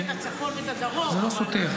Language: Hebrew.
את הצפון ואת הדרום --- זה לא סותר.